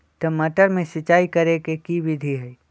टमाटर में सिचाई करे के की विधि हई?